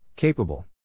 Capable